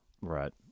right